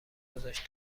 گذاشت